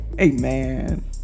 Amen